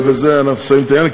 ובזה אנחנו מסיימים את העניין,